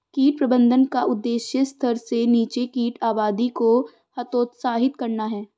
कीट प्रबंधन का उद्देश्य स्तर से नीचे कीट आबादी को हतोत्साहित करना है